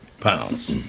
pounds